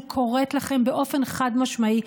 אני קוראת לכם באופן חד-משמעי,